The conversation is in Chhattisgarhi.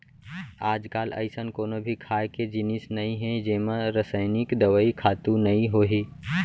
आजकाल अइसन कोनो भी खाए के जिनिस नइ हे जेमा रसइनिक दवई, खातू नइ होही